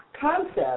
concept